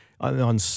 on